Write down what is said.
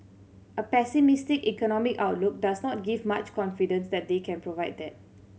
a pessimistic economic outlook does not give much confidence that they can provide that